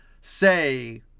say